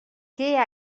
què